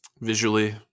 visually